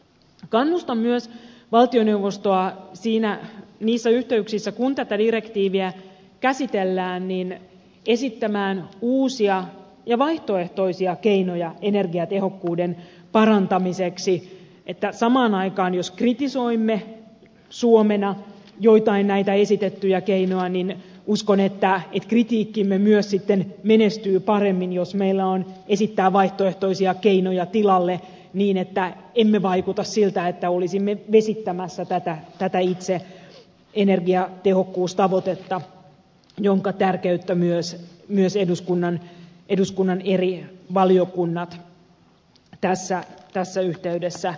kannustan myös valtioneuvostoa niissä yhteyksissä kun tätä direktiiviä käsitellään esittämään uusia ja vaihtoehtoisia keinoja energiatehokkuuden parantamiseksi sillä jos samaan aikaan kritisoimme suomena joitain näitä esitettyjä keinoja niin uskon että kritiikkimme myös sitten menestyy paremmin jos meillä on esittää vaihtoehtoisia keinoja tilalle niin että emme vaikuta siltä että olisimme vesittämässä tätä itse energiatehokkuustavoitetta jonka tärkeyttä myös eduskunnan eri valiokunnat tässä yhteydessä alleviivaavat